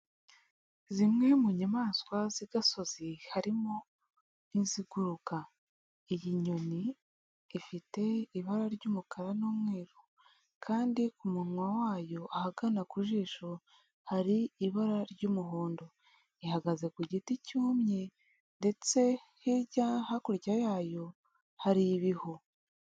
Zimwe mu nyamaswa z'igasozi harimo n'iziguruka, iyi nyoni ifite ibara ry'umukara n'umweru kandi ku munwa wayo ahagana ku jisho hari ibara ry'umuhondo, ihagaze ku giti cyumye ndetse hirya hakurya yayo hari ibihu.